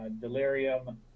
delirium